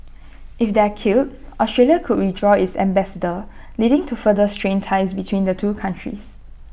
if they are killed Australia could withdraw its ambassador leading to further strained ties between the two countries